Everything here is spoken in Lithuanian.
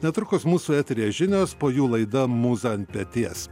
netrukus mūsų eteryje žinios po jų laida mūza ant peties